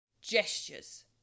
gestures